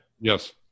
Yes